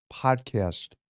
podcast